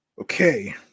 Okay